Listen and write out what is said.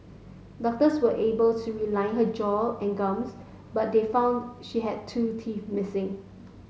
doctors were able to realign her jaw and gums but they found she had two teeth missing